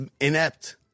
inept